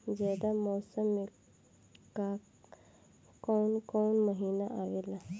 जायद मौसम में काउन काउन महीना आवेला?